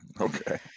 okay